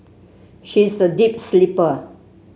she is a deep sleeper